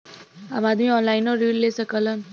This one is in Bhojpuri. अब आदमी ऑनलाइनों ऋण ले सकलन